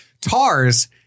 Tars